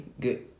good